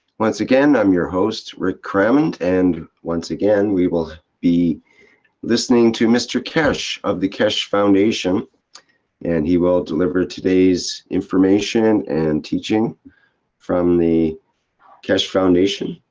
again, i'm your host rick crammond and once again, we will be listening to mr keshe of the keshe foundation and he will deliver today's information and teaching from the keshe foundation.